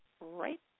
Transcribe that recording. right